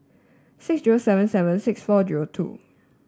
six zero seven seven six four zero two